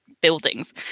buildings